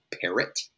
parrot